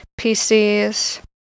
PCs